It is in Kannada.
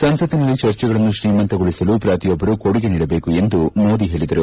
ಸಂಸತ್ತಿನಲ್ಲಿ ಚರ್ಚೆಗಳನ್ನು ತ್ರೀಮಂತಗೊಳಿಸಲು ಪ್ರತಿಯೊಬ್ಬರೂ ಕೊಡುಗೆ ನೀಡಬೇಕು ಎಂದು ಮೋದಿ ಹೇಳಿದರು